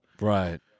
Right